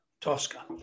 Tosca